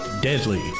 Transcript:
Deadly